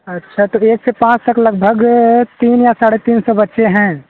अच्छा तो भैया इसके पाँच से लगभग तीन या साढ़े तीन सौ बच्चे हैं